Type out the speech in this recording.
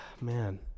man